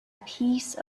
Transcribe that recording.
piece